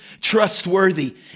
trustworthy